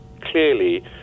clearly